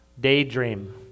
daydream